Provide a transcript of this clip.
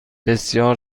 بسیار